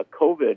COVID